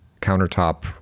countertop